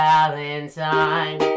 Valentine